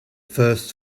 first